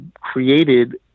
created